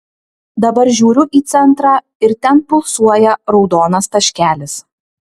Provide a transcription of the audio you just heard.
dabar žiūriu į centrą ir ten pulsuoja raudonas taškelis